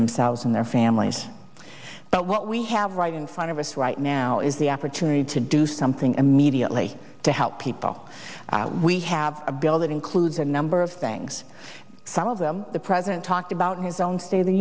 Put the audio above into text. themselves and their families but what we have right in front of us right now is the opportunity to do something immediately to help people we have a bill that includes a number of things some of them the president talked about in his own sta